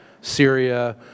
Syria